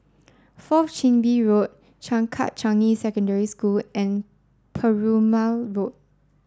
fourth Chin Bee Road Changkat Changi Secondary School and Perumal Road